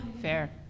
Fair